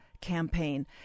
campaign